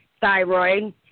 thyroid